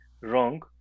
wrong